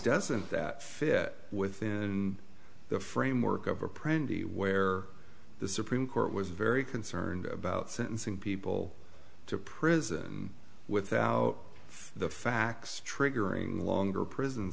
doesn't that fit within the framework of a pretty where the supreme court was very concerned about sentencing people to prison without the facts triggering longer prison